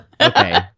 Okay